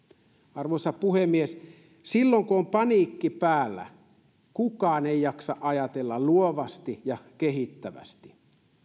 arvoisa puhemies silloin kun on paniikki päällä kukaan ei jaksa ajatella luovasti ja kehittävästi